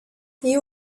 you